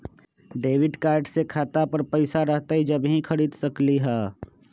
Debit card से खाता पर पैसा रहतई जब ही खरीद सकली ह?